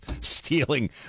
stealing